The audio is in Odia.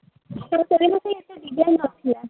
ଆପଣଙ୍କର ଏତେ ଡିଜାଇନ୍ ନଥିଲା